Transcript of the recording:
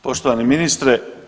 Poštovani ministre.